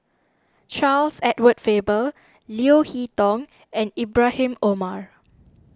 Charles Edward Faber Leo Hee Tong and Ibrahim Omar